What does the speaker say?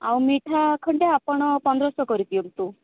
ଆଉ ମିଠା ଖଣ୍ଡେ ଆପଣ ପନ୍ଦରଶହ କରିଦିଅନ୍ତୁ